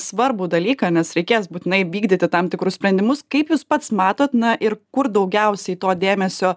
svarbų dalyką nes reikės būtinai vykdyti tam tikrus sprendimus kaip jūs pats matot na ir kur daugiausiai to dėmesio